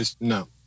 No